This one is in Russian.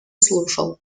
слушал